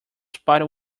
spite